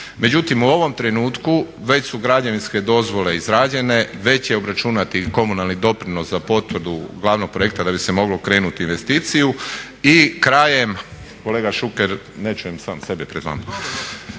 Međutim, u ovom trenutku već su građevinske dozvole izrađene, već je obračunati komunalni doprinos za potvrdu glavnog projekta da bi se moglo krenuti u investiciju. I krajem, kolega Šuker, ne čujem sam sebe pred vama,